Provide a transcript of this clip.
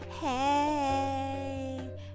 hey